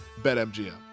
BetMGM